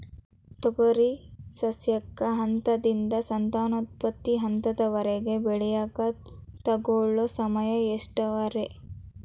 ತೊಗರಿ ಸಸ್ಯಕ ಹಂತದಿಂದ, ಸಂತಾನೋತ್ಪತ್ತಿ ಹಂತದವರೆಗ ಬೆಳೆಯಾಕ ತಗೊಳ್ಳೋ ಸಮಯ ಎಷ್ಟರೇ?